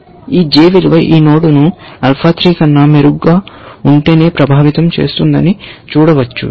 ఈ j విలువ ఈ నోడ్ను ఆల్ఫా 3 కన్నా మెరుగ్గా ఉంటేనే ప్రభావితం చేస్తుందని చూడవచ్చు